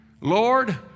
Lord